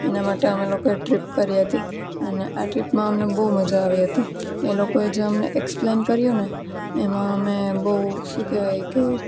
એના માટે અમે લોકોએ ટ્રીપ કરી હતી અને આ ટ્રીપમાં અમને બહુ મજા આવી હતી એ લોકો એ જે અમને એક્સપ્લેન કર્યું ને એમાં અમે બહુ શું કહેવાય કે